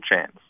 chance